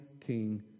King